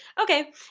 Okay